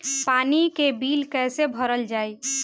पानी के बिल कैसे भरल जाइ?